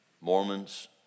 Mormons